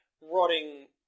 rotting